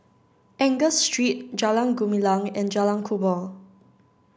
Angus Street Jalan Gumilang and Jalan Kubor